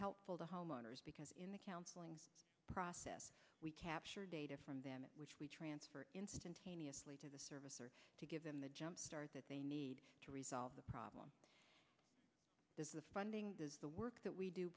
helpful to homeowners because in the counseling process we capture data from them which we transfer instantaneously to the servicer to give them the jumpstart that they need to resolve the problem is the funding the work that we do